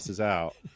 out